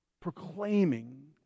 proclaiming